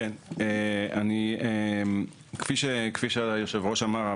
כפי שהיושב-ראש אמר,